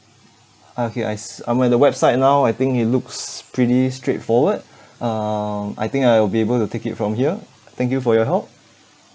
ah K I s~ I'm at the website now I think it looks pretty straightforward um I think I will be able to take it from here thank you for your help